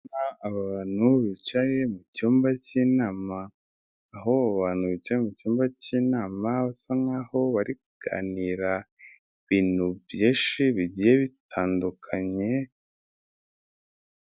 Abantu bicaye mu cyumba cy'inama aho abo bantu bicaye mu cyumba cy'inama basa nk'aho bari kuganira ibintu byinshi bigiye bitandukanye.